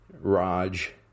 Raj